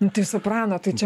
nu tai soprano tai čia